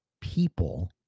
people